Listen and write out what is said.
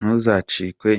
ntuzacikwe